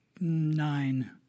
nine